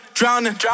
drowning